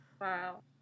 Wow